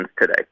today